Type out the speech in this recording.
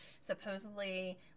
Supposedly